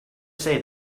say